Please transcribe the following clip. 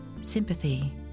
sympathy